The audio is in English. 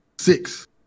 six